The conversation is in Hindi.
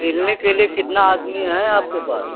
सिलने के लिए कितना आदमी हैं आपके पास